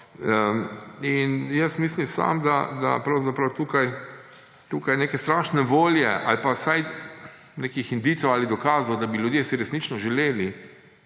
In jaz mislim sam, da se pravzaprav tukaj neke strašne volje ali pa vsaj nekih indicev ali dokazov, da bi ljudje si resnično želeli